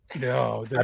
No